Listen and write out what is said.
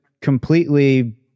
completely